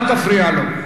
אל תפריע לו.